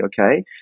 okay